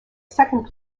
second